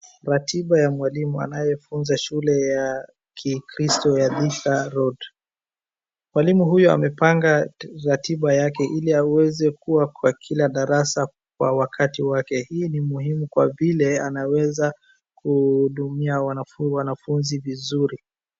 Ratiba ya mwalimu anayefunza shule ya kikristo ya Thika Road. Mwalimu huyu amepanga ratiba yake ili aweze kuwa kwa kila darasa kwa wakati wake. Hii ni muhimu kwa vile anaweza kuhudumia wanafunzi vizuri.